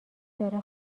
داره